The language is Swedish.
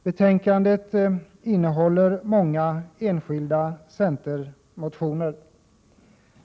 Betänkandet innehåller många enskilda centerreservationer.